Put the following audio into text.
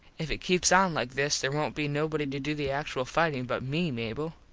if it keeps on like this there wont be nobody to do the actual fightin but me, mable.